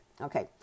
Okay